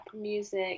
Music